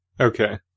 Okay